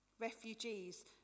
Refugees